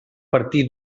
partir